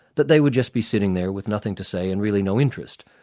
that they would just be sitting there with nothing to say and really no interest.